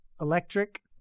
Electric